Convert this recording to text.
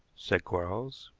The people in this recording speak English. said quarles.